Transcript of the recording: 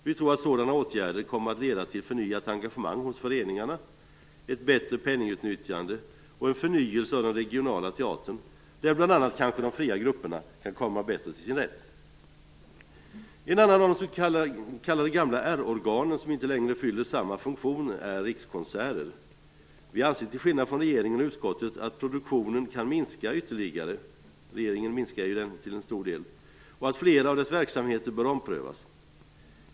Vi tror att sådana åtgärder kommer att leda till förnyat engagemang hos föreningarna, ett bättre penningutnyttjande och en förnyelse av den regionala teatern, där bl.a. de fria grupperna kanske kan komma bättre till sin rätt. Ett annat av de gamla s.k. R-organen som inte längre fyller samma funktion är Rikskonserter. Vi anser till skillnad från regeringen och utskottet att produktionen kan minska ytterligare - regeringen minskar den till stor del - och att flera av dess verksamheter bör omprövas.